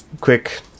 quick